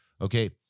Okay